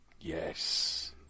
Yes